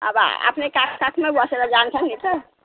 अब आफ्नै काख काखमा बसेर जान्छन् नि त